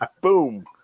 boom